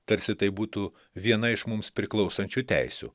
tarsi tai būtų viena iš mums priklausančių teisių